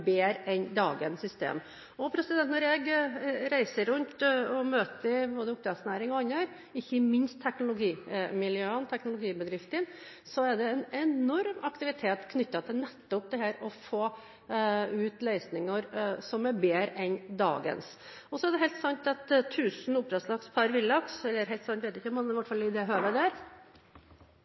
bedre enn dagens system. Når jeg reiser rundt og møter oppdrettsnæringen og andre, ikke minst teknologimiljøene og teknologibedriftene, er det en enorm aktivitet knyttet til det å få til løsninger som er bedre enn dagens. Så er det helt sant at 1 000 oppdrettslaks per villaks – eller helt sant er det ikke … Harald T. Nesvik – til oppfølgingsspørsmål. Når det